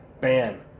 ban